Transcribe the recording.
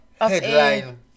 headline